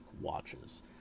watches